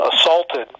assaulted